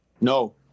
No